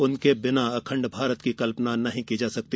उनके बिना अखंड भारत की कल्पना नहीं की जा सकती